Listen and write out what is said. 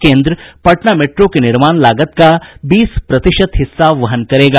केन्द्र पटना मेट्रो के निर्माण लागत का बीस प्रतिशत हिस्सा वहन करेगा